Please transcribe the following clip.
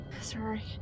Sorry